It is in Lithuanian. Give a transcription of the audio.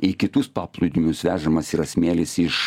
į kitus paplūdimius vežamas yra smėlis iš